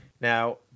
Now